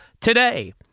today